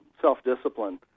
self-discipline